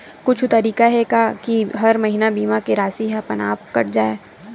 कुछु तरीका हे का कि हर महीना बीमा के राशि हा अपन आप कत जाय?